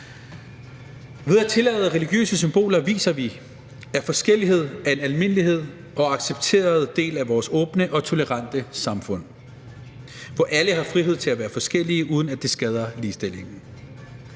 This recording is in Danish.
Ved at tillade religiøse symboler viser vi, at forskellighed er en almindelighed og en accepteret del af vores åbne og tolerante samfund, hvor alle har frihed til at være forskellige, uden at det skader ligestillingen.